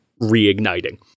reigniting